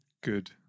Good